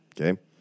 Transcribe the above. Okay